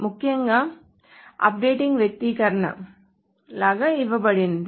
ముఖ్యంగా అప్డేటింగ్ వ్యక్తీకరణ లాగా ఇవ్వబడింది